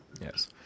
Yes